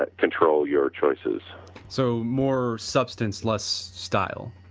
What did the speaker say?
ah control your choices so more substance less style?